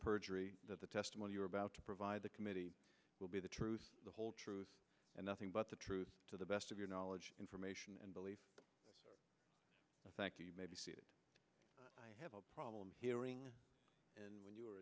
perjury that the testimony you are about to provide the committee will be the truth the whole truth and nothing but the truth to the best of your knowledge information and belief thank you maybe i have a problem hearing and when you